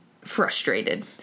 frustrated